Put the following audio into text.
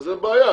זו בעיה.